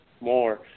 more